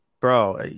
Bro